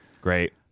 Great